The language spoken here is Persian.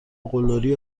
قلدری